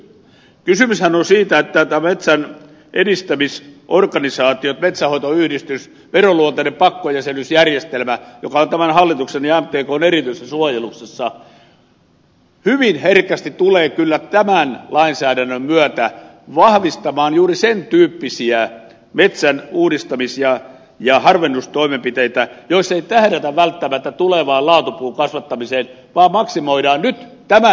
kysymyshän on siitä että metsän edistämisorganisaatiot metsänhoitoyhdistys veronluonteinen pakkojäsenyysjärjestelmä joka on tämän hallituksen ja mtkn erityisessä suojeluksessa hyvin herkästi tulevat kyllä tämän lainsäädännön myötä vahvistamaan juuri sen tyyppisiä metsän uudistamis ja harvennustoimenpiteitä joissa ei tähdätä välttämättä tulevaan laatupuun kasvattamiseen vaan maksimoidaan nyt tämän energiatuen saanti